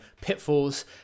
pitfalls